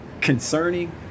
concerning